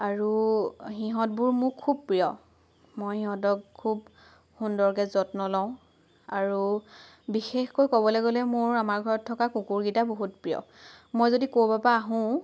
আৰু সিহঁতবোৰ মোৰ খুব প্ৰিয় মই সিহঁতক খুব সুন্দৰকৈ যত্ন লওঁ আৰু বিশেষকৈ ক'বলৈ গ'লে মোৰ আমাৰ ঘৰত থকা কুকুৰকেইটা বহুত প্ৰিয় মই যদি ক'ৰবাৰ পৰা আহোঁ